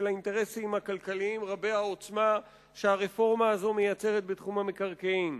האינטרסים הכלכליים רבי העוצמה שהרפורמה הזו מייצרת בתחום המקרקעין.